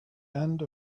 end